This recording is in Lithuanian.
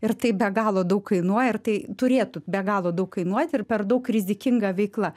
ir tai be galo daug kainuoja ir tai turėtų be galo daug kainuoti ir per daug rizikinga veikla